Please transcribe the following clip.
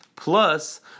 Plus